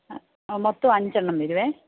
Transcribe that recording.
ആ ആ മൊത്തം അഞ്ചെണ്ണം വരും